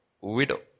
widow